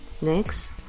Next